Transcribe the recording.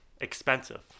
expensive